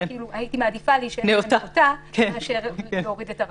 הייתי מעדיפה להישאר עם "נאותה" מאשר להוריד את הרף.